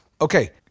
okay